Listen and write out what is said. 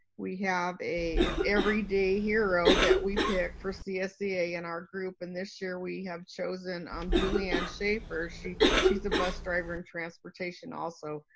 we have a everyday hero that we pick for csea in our group and this year, we have chosen um juliann scheafer. she's she's a bus driver in transportation also.